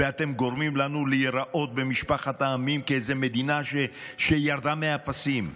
ואתם גורמים לנו להיראות במשפחת העמים כאיזו מדינה שירדה מהפסים.